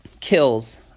kills